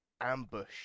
ambush